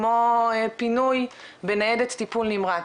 כמו פינוי בניידת טיפול נמרץ,